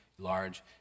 large